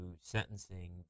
sentencing